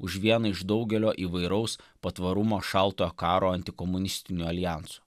už vieną iš daugelio įvairaus patvarumo šaltojo karo antikomunistinių aljansų